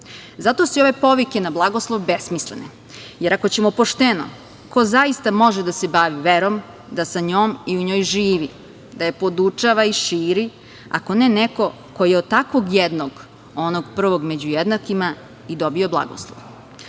Zato su i ove povike na blagoslov besmislene, jer ako ćemo pošteno, ko zaista može da se bavi verom, da sa njom i u njoj živi, da je podučava i širi, ako ne neko ko je od takvog jednog onog prvog među jednakima i dobio blagoslov. Mi,